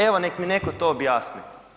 Evo, nek mi neko to objasni.